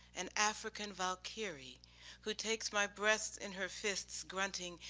and african valkyrie who takes my breast in her fists grunting,